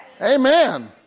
Amen